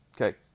Okay